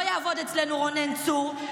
לא יעבוד אצלנו רונן צור,